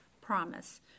promise